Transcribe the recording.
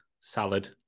salad